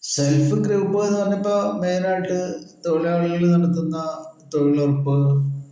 self group എന്ന് പറഞ്ഞപ്പോൾ മെയിനായിട്ട് തൊഴിലാളികള് നടത്തുന്ന തൊഴിലുറപ്പ്